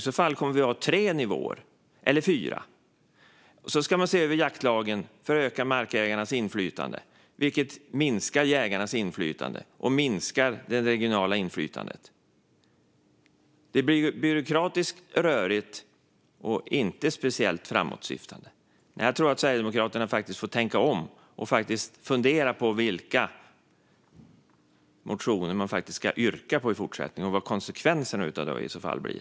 I så fall kommer vi att ha tre nivåer - eller fyra. Och så ska man se över jaktlagen för att öka markägarnas inflytande, vilket minskar jägarnas inflytande och minskar det regionala inflytandet. Det blir byråkratiskt rörigt och inte speciellt framåtsyftande. Nej, jag tror att Sverigedemokraterna faktiskt får tänka om och fundera på vilka motioner man ska yrka på i fortsättningen och vilka konsekvenserna i så fall blir.